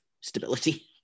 stability